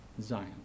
Zion